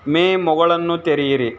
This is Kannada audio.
ಮೆಮೊಗಳನ್ನು ತೆರೆಯಿರಿ